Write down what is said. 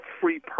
free